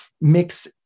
mix